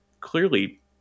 clearly